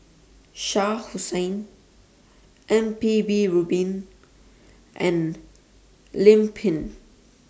Shah Hussain M P B Rubin and Lim Pin